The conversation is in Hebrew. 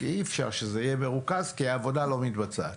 אי-אפשר שזה יהיה מרוכז, כי העבודה לא מתבצעת.